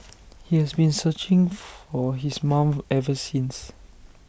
he has been searching for his mom ever since